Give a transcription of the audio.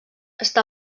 està